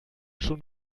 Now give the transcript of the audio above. schon